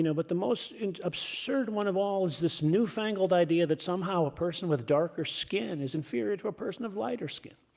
but the most absurd one of all is this newfangled idea that somehow a person with darker skin is inferior to a person of lighter skin.